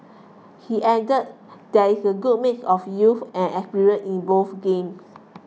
he added there is a good mix of youth and experience in both games